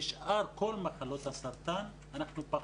בשאר כל מחלות הסרטן אנחנו פחות.